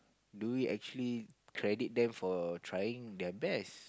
do you actually credit them for trying their best